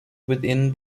within